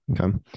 Okay